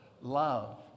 Love